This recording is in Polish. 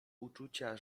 uczucia